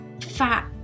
fat